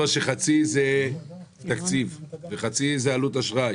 שחצי זה תקציב וחצי זה עלות אשראי,